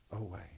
away